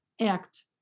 act